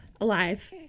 alive